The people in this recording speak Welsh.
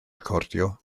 recordio